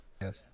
Yes